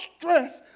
stress